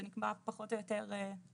זה נקבע פחות או יותר ככה,